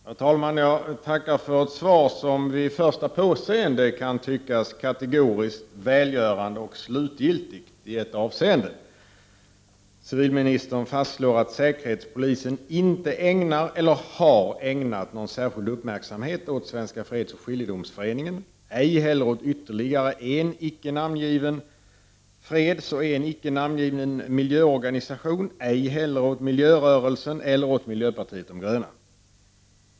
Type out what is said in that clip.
Herr talman! Jag tackar för ett svar som vid första påseende i ett avseende kan tyckas kategoriskt välgörande och slutgiltigt. Civilministern fastslår att säkerhetspolisen inte ägnar eller har ägnat någon särskild uppmärksamhet åt Svenska fredsoch skiljedomsföreningen, ej heller åt ytterligare en icke namngiven fredsoch en icke namngiven miljöorganisation, ej heller åt miljörörelsen eller miljöpartiet de gröna.